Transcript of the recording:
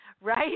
right